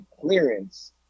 clearance